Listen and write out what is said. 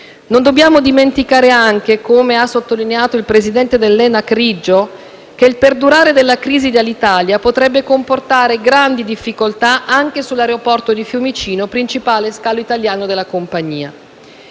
Non dobbiamo dimenticare anche, come ha sottolineato il presidente dell'ENAC Riggio, che il perdurare della crisi dell'Alitalia potrebbe comportare grandi difficoltà anche sull'aeroporto di Fiumicino, principale scalo italiano della compagnia.